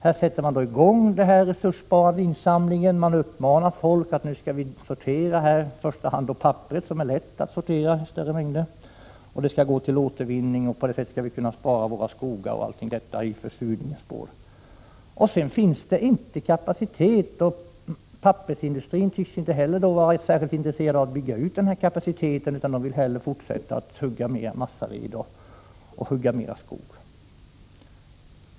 Man sätter i gång pappersinsamlingar och uppmanar folk att sortera papper, som är lätt att sortera. Det skall ske en återvinning och på det sättet skall vi kunna spara våra skogar och minska försurningen. Men då saknar pappersindustrin kapacitet och tycks inte heller vara intresserad av att bygga ut denna. Industrin vill hellre hugga mera skog och tugga massaved.